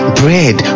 bread